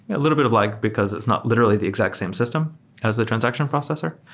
a little bit of like, because it's not literally the exact same system as the transaction processor,